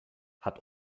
hat